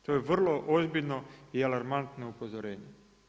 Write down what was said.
To je vrlo ozbiljno i alarmantno upozorenje.